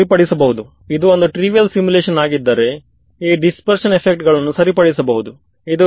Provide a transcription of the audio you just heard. ವಿದ್ಯಾರ್ಥಿಹೌದು ಇದು H tangential ಹೌದು ನಾವು ಇದನ್ನು ಯಾವ ರೀತಿ ತೋರಿಸಿದ್ದೇವೆ ಎಂದರೆ ಇದು ಕ್ಕೆ ಪ್ರಪೋಷನಲ್ ಆಗಿದೆ ನಾನು ನ್ನು ಲೆಕ್ಕಾಚಾರ ಮಾಡಿದ್ದೇನಾ